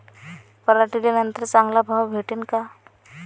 पराटीले नंतर चांगला भाव भेटीन का?